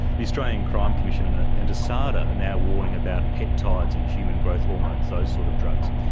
the australian crime commission and ah and asada are now warning about peptides and human growth hormones, those sort of drugs.